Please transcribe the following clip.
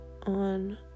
on